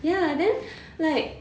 ya then like